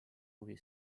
huvi